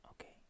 Okay